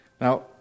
Now